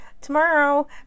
tomorrow